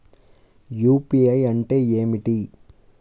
UPI అంటే ఏమిటి?